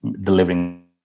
delivering